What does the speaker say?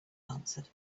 answered